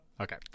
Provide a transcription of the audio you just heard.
Okay